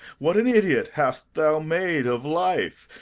what an idiot hast thou made of life,